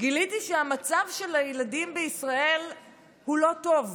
גיליתי שהמצב של הילדים בישראל הוא לא טוב,